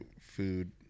food